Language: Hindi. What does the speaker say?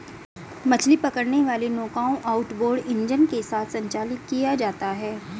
मछली पकड़ने वाली नौकाओं आउटबोर्ड इंजन के साथ संचालित किया जाता है